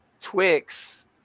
twix